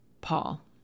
Paul